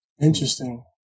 Interesting